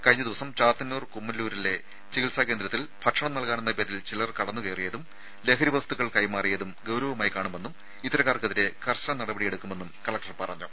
കഴിഞ്ഞ ദിവസം ചാത്തന്നൂർ കുമ്മല്ലൂരിലെ ചികിത്സാ കേന്ദ്രത്തിൽ ഭക്ഷണം നൽകാനെന്ന പേരിൽ ചിലർ കടന്നു കയറിയതും ലഹരി വസ്തുക്കൾ കൈമാറിയതും ഗൌരവമായി കാണുമെന്നും ഇത്തരക്കാർക്കെതിരെ കർശന നടപടി സ്വീകരിക്കുമെന്നും കലക്ടർ പറഞ്ഞു